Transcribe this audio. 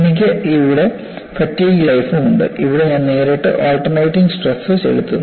എനിക്ക് ഇവിടെ fatigue life ഉണ്ട് ഇവിടെ ഞാൻ നേരിട്ട് ആൾട്ടർനേറ്റിംഗ് സ്ട്രസ്സ് ചെലുത്തുന്നു